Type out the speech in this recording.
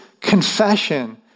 confession